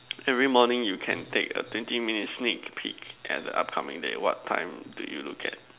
every morning you can take a twenty minutes sneak peek at the upcoming day what time do you look at